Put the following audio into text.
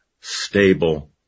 stable